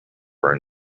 were